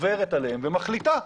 עוברת עליהם ומחליטה.